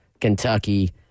Kentucky